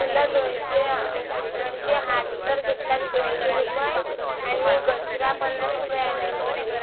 फुलं दोनशे म्हणजे हार जर घेतला तर दोनशे रुपये आणि गजरा पन्नास रुपयाला येऊन जाईल